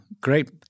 Great